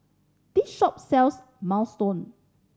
this shop sells Minestrone